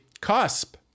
cusp